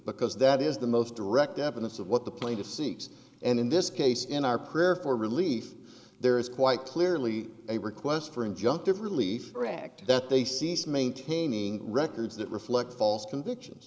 because that is the most direct evidence of what the plaintiff seeks and in this case in our prayer for relief there is quite clearly a request for injunctive relief for act that they cease maintaining records that reflect false convictions